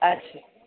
अच्छा